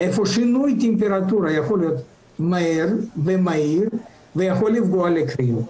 במקום ששינוי טמפרטורה יכול להיות מהיר ויכול לפגוע בכוויות.